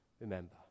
remember